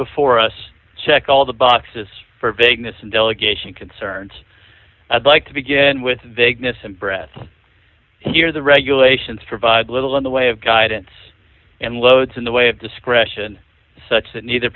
before us check all the boxes for vagueness and delegation concerns that like to begin with vagueness and breath here the regulations provide little in the way of guidance and loads in the way of discretion such that neither